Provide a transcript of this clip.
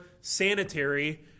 sanitary